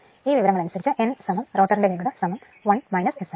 ഈ വിവരങ്ങൾ അനുസരിച് n റോട്ടറിന്റെ വേഗത 1 S n